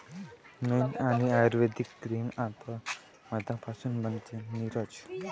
मेण आणि आयुर्वेदिक क्रीम आता मधापासून बनते, नीरज